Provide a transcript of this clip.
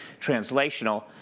translational